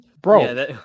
bro